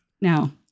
Now